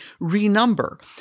renumber